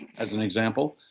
as an example,